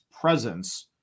presence